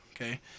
okay